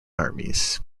armies